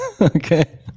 okay